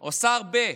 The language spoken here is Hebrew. או השר ב-?